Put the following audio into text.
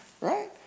Right